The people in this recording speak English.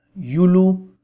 Yulu